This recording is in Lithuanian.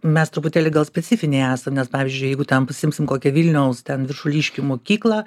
mes truputėlį gal specifiniai esam nes pavyzdžiui jeigu ten pasiimsim kokią vilniaus ten viršuliškių mokyklą